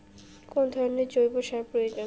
কোন ধরণের জৈব সার প্রয়োজন?